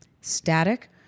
static